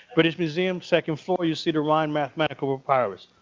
british museum, second floor, you'll see the rhind mathematical papyrus.